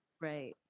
Right